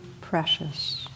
precious